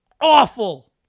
Awful